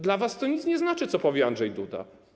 Dla was to nic nie znaczy, co powie Andrzej Duda.